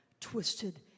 twisted